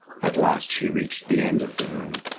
at last she reached the end of the room,